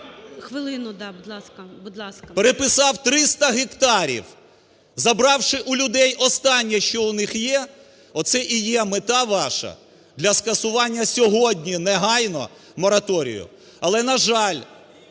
СОБОЛЄВ С.В. Переписав 300 гектарів, забравши у людей останнє, що у них є. Оце і є мета ваша для скасування сьогодні негайно мораторію. Але, на жаль,